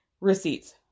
receipts